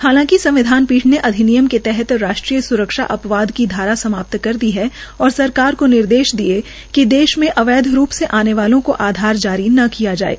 हालांकि संविधान पीठ ने अधिनियम के तहत राष्ट्रीय स्रक्षा अपवाद की धारा समाप्त की दी और सरकार को निर्देश दिये है कि देश में अवैध रूप से आने वाले आधार जारी न किया जाये